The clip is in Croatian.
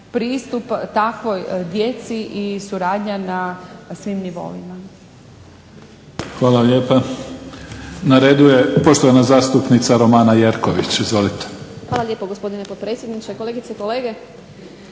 pristup takvoj djeci i suradnja na svim nivoima.